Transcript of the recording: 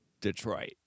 Detroit